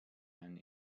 and